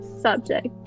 subject